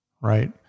right